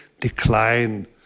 decline